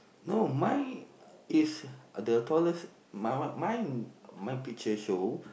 no mine is the tallest my one mine my picture show